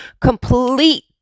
complete